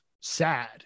sad